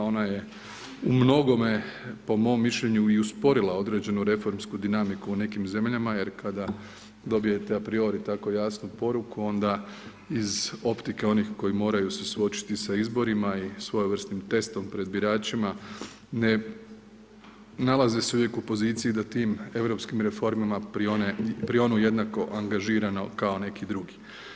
Ona je u mnogome po mom mišljenju i usporila određenu reformsku dinamika u nekim zemljama, jer kada dobijete a priori tako jasnu poruku onda iz optike onih koji moraju se suočiti sa izborima i svojevrsnim testom pred biračima ne nalaze se uvijek u poziciji da tim europskim reformama prionu jednako angažirano kao neki drugi.